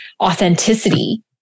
authenticity